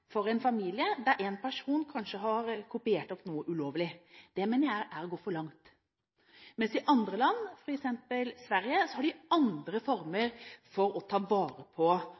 for en familie der en person kanskje har kopiert opp noe ulovlig. Det mener jeg er å gå for langt. Mens i andre land – f.eks. i Sverige – har de andre former for å ta vare på